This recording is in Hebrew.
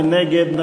מי נגד?